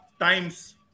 times